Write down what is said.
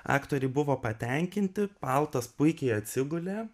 aktoriai buvo patenkinti paltas puikiai atsigulė